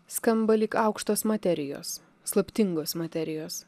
skamba lyg aukštos materijos slaptingos materijos